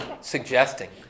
suggesting